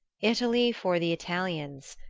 italy for the italians,